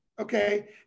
okay